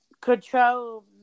control